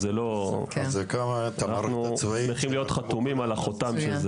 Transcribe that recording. אנחנו שמחים להיות חתומים על החותם של זה.